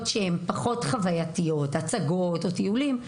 שהן פחות חווייתיות כמו הצגות או טיולים.